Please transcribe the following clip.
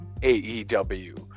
AEW